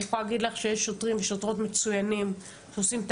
אני יכולה להגיד לך שיש שוטרים ושוטרות מצוינים שעושים את